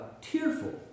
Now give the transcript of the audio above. tearful